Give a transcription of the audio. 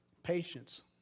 patience